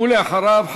ואחריו,